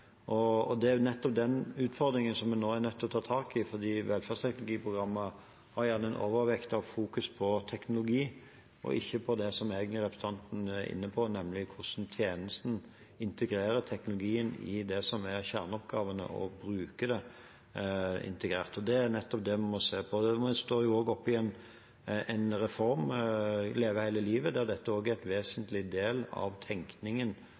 Det er nettopp den utfordringen vi nå er nødt til å ta tak i, for Velferdsteknologiprogrammet har en overvekt av fokus på teknologi, og ikke på det som representanten egentlig er inne på, nemlig hvordan tjenesten integrerer teknologien i det som er kjerneoppgavene, og bruker det integrert. Det er nettopp det vi må se på. Nå står vi også oppe i en reform, Leve hele livet, der dette også er en vesentlig del av tenkningen